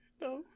no